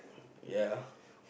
ya